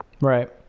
Right